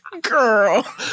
Girl